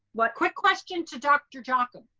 but quick question to dr. jocham?